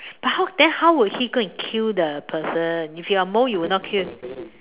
but how then how would he go and kill the person if you are a mole you will not kill